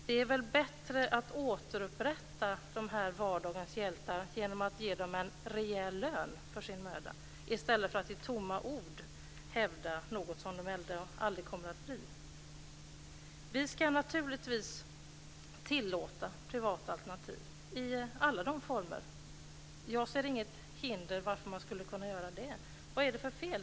Det är väl bättre att återupprätta dessa vardagens hjältar genom att ge dem en rejäl lön för sin möda, i stället för att med tomma ord utropa dem till något de ändå aldrig kommer att bli. Vi ska naturligtvis tillåta privata alternativ i alla former. Jag ser inget hinder för att göra det. Vad är det för fel?